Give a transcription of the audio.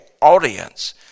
audience